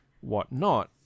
whatnot